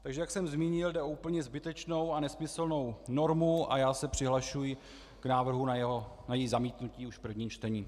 Takže jak jsem zmínil, jde o úplně zbytečnou a nesmyslnou normu a já se přihlašuji k návrhu na její zamítnutí už v prvním čtení.